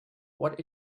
what